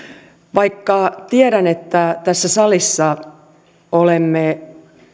vaikka tiedän että tässä salissa olemme